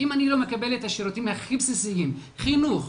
אם אני לא מקבל את השירותים הכי בסיסיים, חינוך,